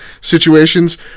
situations